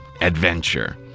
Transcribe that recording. adventure